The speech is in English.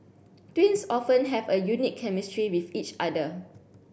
twins often have a unique chemistry with each other